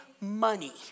money